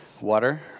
water